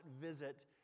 visit